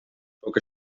sóc